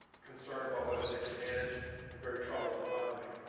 concern about whether they can manage a very troubled economy.